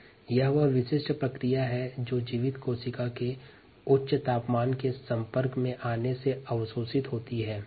graph में प्रदर्शित प्रक्रिया वह विशिष्ट प्रक्रिया है जो जीवित कोशिका के उच्च तापमान के संपर्क में आने पर होती है